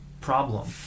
problem